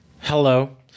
Hello